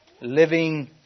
living